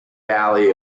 valley